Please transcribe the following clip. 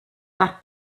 that